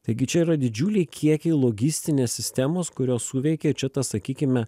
taigi čia yra didžiuliai kiekiai logistinės sistemos kurios suveikė čia tas sakykime